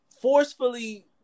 forcefully